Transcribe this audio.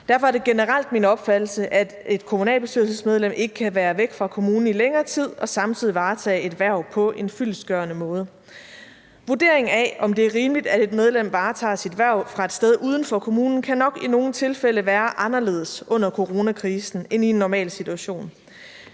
Derfor er det generelt min opfattelse, at et kommunalbestyrelsesmedlem ikke kan være væk fra kommunen i længere tid og samtidig varetage et hverv på en fyldestgørende måde Vurderingen af, om det er rimeligt, at et medlem varetager sit hverv fra et sted uden for kommunen, kan nok i nogle tilfælde være anderledes under coronakrisen end i en normal situation.